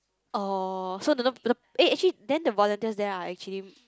orh so the eh actually then the volunteers there are actually